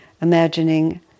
imagining